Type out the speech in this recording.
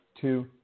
two